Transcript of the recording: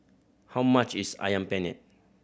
how much is Ayam Penyet